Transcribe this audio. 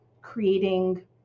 creating